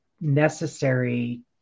Necessary